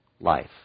life